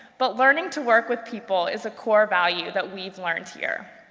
but learning to work with people is a core value that we've learned here.